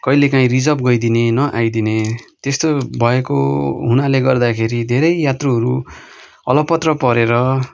कहिले काहीँ रिजर्भ गइदिने नआइदिने त्यस्तो भएको हुनाले गर्दाखेरि धेरै यात्रुहरू अलपत्र परेर